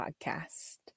podcast